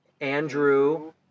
Andrew